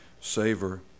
savor